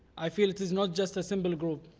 i feel it is not just a simple group.